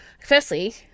firstly